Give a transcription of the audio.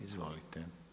Izvolite.